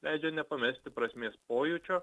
leidžia nepamesti prasmės pojūčio